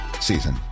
season